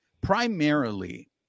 primarily